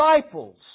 disciples